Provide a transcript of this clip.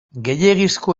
gehiegizko